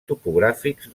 topogràfics